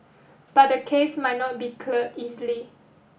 but the case might not be cleared easily